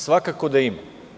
Svakako da ima.